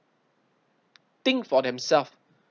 think for themselves